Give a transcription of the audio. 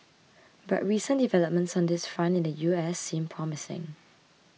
but recent developments on this front in the U S seem promising